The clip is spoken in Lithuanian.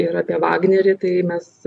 ir apie vagnerį tai mes